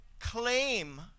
claim